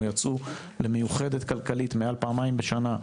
או יצאו למיוחדת כלכלית מעל פעמיים בשנה.